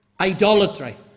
idolatry